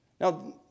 Now